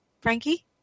Frankie